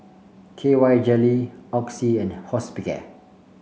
K Y Jelly Oxy and Hospicare